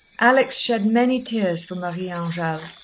alex shed many tears for marie-angele,